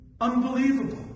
Unbelievable